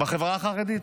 בחברה החרדית.